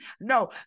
No